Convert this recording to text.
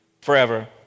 forever